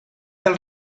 del